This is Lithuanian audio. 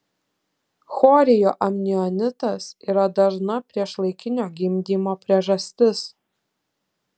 chorioamnionitas yra dažna priešlaikinio gimdymo priežastis